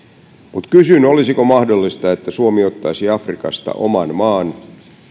mutta kysyn olisiko mahdollista että suomi ottaisi afrikasta oman maan